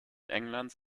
englands